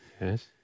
Yes